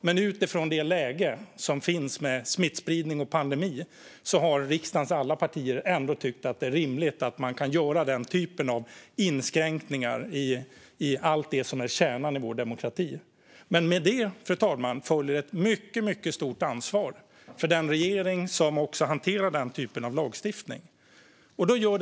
Men utifrån det läge som finns med smittspridning och pandemi har riksdagens alla partier ändå tyckt att det är rimligt att man kan göra den typen av inskränkningar i allt det som är kärnan i vår demokrati. Men med det följer ett mycket stort ansvar för den regering som hanterar den typen av lagstiftning, fru talman.